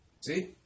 See